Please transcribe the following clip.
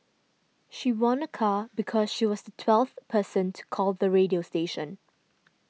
she won a car because she was twelfth person to call the radio station